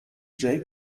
jake